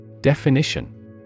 Definition